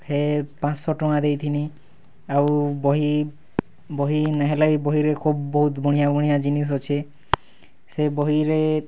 ହେ ପାଁଶ ଟଙ୍କା ଦେଇଥିନି ଆଉ ବହି ବହି ନେ ହେଲେ ଇ ବହିରେ ଖୁବ୍ ବହୁତ୍ ବଢ଼ିଆଁ ବଢ଼ିଆଁ ଜିନିଷ୍ ଅଛି ସେ ବହିରେ